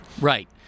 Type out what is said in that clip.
Right